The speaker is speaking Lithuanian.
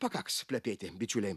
pakaks plepėti bičiuliai